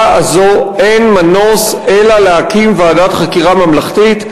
הזאת אין מנוס אלא להקים ועדת חקירה ממלכתית.